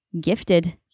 gifted